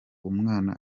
umwana